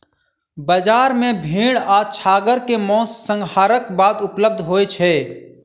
बजार मे भेड़ आ छागर के मौस, संहारक बाद उपलब्ध होय छै